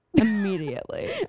immediately